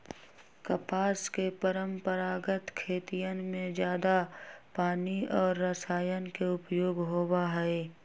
कपास के परंपरागत खेतियन में जादा पानी और रसायन के उपयोग होबा हई